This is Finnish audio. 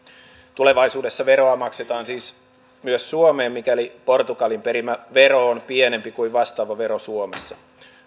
tulevaisuudessa veroa maksetaan siis myös suomeen mikäli portugalin perimä vero on pienempi kuin vastaava vero suomessa